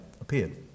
appeared